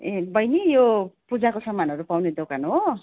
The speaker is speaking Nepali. ए बहिनी यो पूजाको सामानहरू पाउने दोकान हो